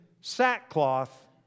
sackcloth